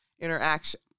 interaction